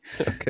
okay